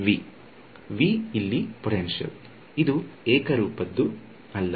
ವಿದ್ಯಾರ್ಥಿ V V ಇಲ್ಲಿ potential ಇದು ಏಕರೂಪದ್ದು ಅಲ್ಲ